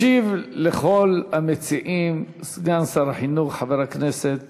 ישיב לכל המציעים סגן שר החינוך חבר הכנסת